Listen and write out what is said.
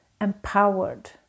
empowered